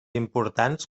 importants